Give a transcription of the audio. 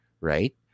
right